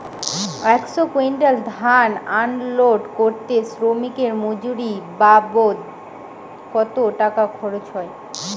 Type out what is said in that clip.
একশো কুইন্টাল ধান আনলোড করতে শ্রমিকের মজুরি বাবদ কত টাকা খরচ হয়?